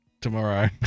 tomorrow